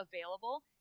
available